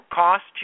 cost